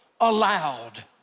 allowed